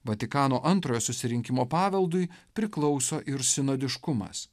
vatikano antrojo susirinkimo paveldui priklauso ir sinodiškumas